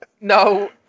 No